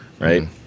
right